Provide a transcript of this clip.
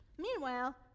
Meanwhile